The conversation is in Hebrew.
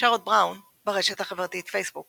שרוד בראון, ברשת החברתית פייסבוק